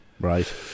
Right